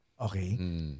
Okay